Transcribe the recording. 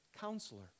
counselor